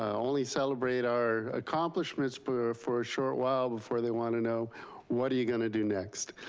only celebrated our accomplishments for for a short while before they want to know what are you gonna do next.